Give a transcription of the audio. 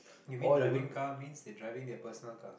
maybe driving car means they driving their personal car